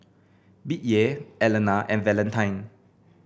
Bettye Elana and Valentine